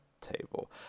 table